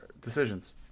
decisions